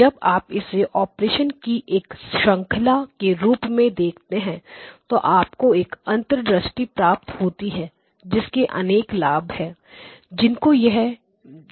जब आप इसे ऑपरेशन की एक श्रंखला के रूप में देखते हैं तो आपको एक अंतर्दृष्टि प्राप्त होती है जिसके अनेक लाभ है